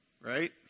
Right